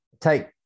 take